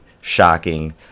shocking